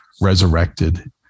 resurrected